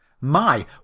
My